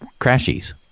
crashies